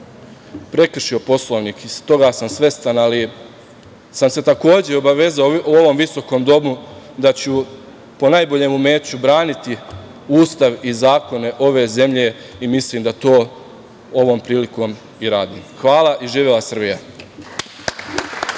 prekršio Poslovnik, i toga sam svestan, ali sam se takođe obavezao u ovom visokom domu da ću po najboljem umeću braniti Ustav i zakone ove zemlje i mislim da to ovom prilikom i radim. Hvala. Živela Srbija!